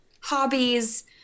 hobbies